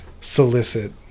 solicit